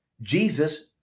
Jesus